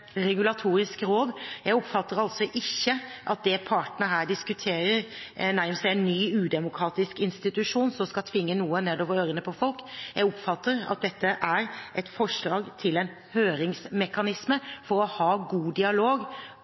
regulatorisk råd. Jeg oppfatter altså ikke at det partene her diskuterer, nærmest er en ny, udemokratisk institusjon som skal tvinge noe nedover ørene på folk. Jeg oppfatter at dette er et forslag til en høringsmekanisme for å ha god dialog